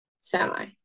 semi